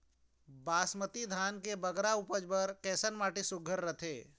बासमती धान के बगरा उपज बर कैसन माटी सुघ्घर रथे?